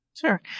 Sure